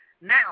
now